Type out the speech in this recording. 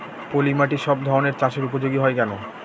পলিমাটি সব ধরনের চাষের উপযোগী হয় কেন?